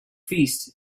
feast